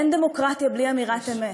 אין דמוקרטיה בלי אמירת אמת.